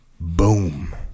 Boom